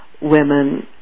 women